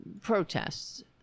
protests